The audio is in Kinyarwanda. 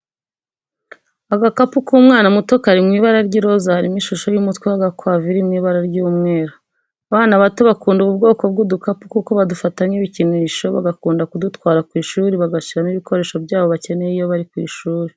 Agakapu k'umwana muto kari mw'ibara ry'iroza hariho ishusho y'umutwe w'agakwavu iri mu ibara ry'umweru , abana bato bakunda ubu kwoko bw'udukapu kuko badufata nk'ibikinisho bagakunda kudutwara kw'ishuri bagashyiramo ibikoresho byabo bakenera iyo bari ku ishuri.